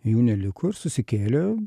jų neliko ir susikėlė